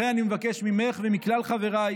לכן אני מבקש ממך ומכלל חבריי